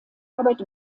arbeit